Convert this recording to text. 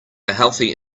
healthy